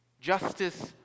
Justice